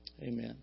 Amen